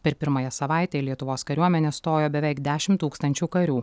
per pirmąją savaitę į lietuvos kariuomenę stojo beveik dešimt tūkstančių karių